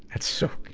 that's so.